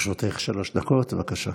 לרשותך שלוש דקות, בבקשה.